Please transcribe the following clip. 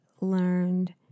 learned